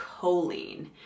choline